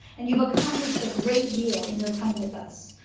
and you've accomplished a great deal in your time with us,